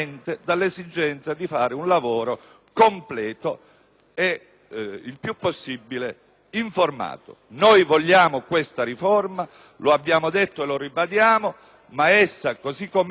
ed il più possibile informato. Noi vogliamo questa riforma - lo abbiamo detto e lo ribadiamo - ma essa, così com'è, è senza rotta e non sarà capace di contenere